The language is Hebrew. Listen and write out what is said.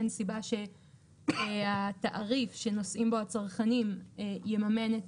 אין סיבה שהתעריף שנושאים בו הצרכנים יממן את